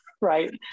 Right